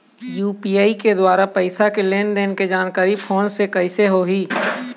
UPI के द्वारा पैसा के लेन देन के जानकारी फोन से कइसे होही?